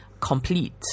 complete